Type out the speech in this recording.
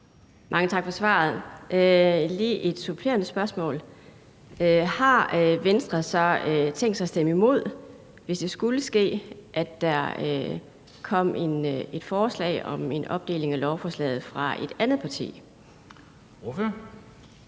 Mange tak for svaret. Lige et supplerende spørgsmål: Har Venstre så tænkt sig at stemme imod det, hvis det skulle ske, at der kom et forslag om en opdeling af lovforslaget fra et andet parti? Kl.